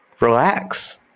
relax